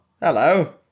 hello